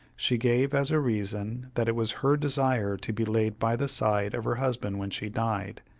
she gave as a reason, that it was her desire to be laid by the side of her husband when she died,